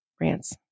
rants